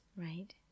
Right